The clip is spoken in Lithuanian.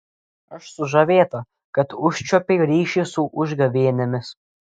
aš sužavėta kad užčiuopei ryšį su užgavėnėmis